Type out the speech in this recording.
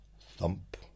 thump